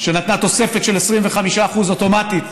שנתנה לחיילי המילואים העצמאיים 25% תוספת אוטומטית.